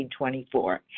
1924